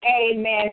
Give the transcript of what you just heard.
Amen